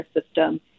system